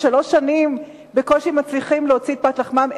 ששלוש שנים בקושי מצליחים להוציא את פת לחמם,